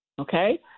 okay